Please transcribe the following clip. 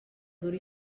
duri